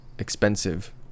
expensive